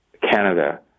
Canada